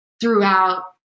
throughout